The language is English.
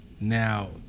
now